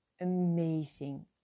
amazing